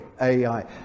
AI